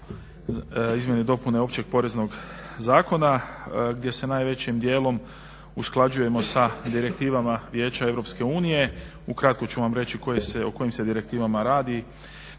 izmjene i dopune Općeg poreznog zakona gdje se najvećim dijelom usklađujemo sa direktivama Vijeća EU. Ukratko ću vam reći o kojim se direktivama radi.